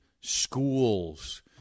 schools